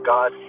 God